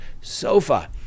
sofa